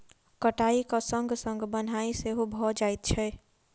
कटाइक संग संग बन्हाइ सेहो भ जाइत छै